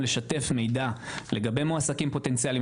לשתף מידע בין מועסקים פוטנציאליים,